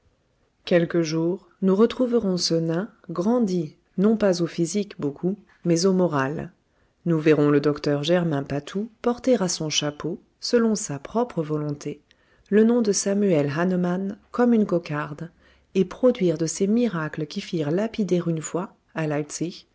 quelque jour nous retrouverons ce nain grandi non par au physique beaucoup mais au moral nous verrons le docteur germain patou porter à son chapeau selon sa propre volonté le nom de samuel hahnemann comme une cocarde et produire de ces miracles qui firent lapider une fois à